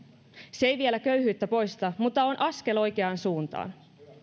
se ei vielä köyhyyttä poista mutta on askel oikeaan suuntaan